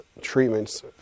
treatments